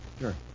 Sure